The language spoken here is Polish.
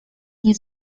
nie